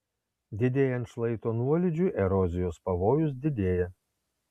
didėjant šlaito nuolydžiui erozijos pavojus didėja